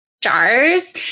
jars